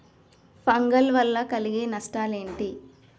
Fungal వల్ల కలిగే నష్టలేంటి?